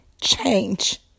change